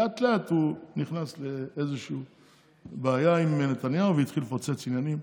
לאט-לאט הוא נכנס לבעיה עם נתניהו והתחיל לפוצץ עניינים,